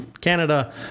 canada